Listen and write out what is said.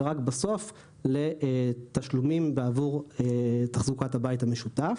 ורק בסוף לתשלומים בעבור תחזוקת הבית המשותף.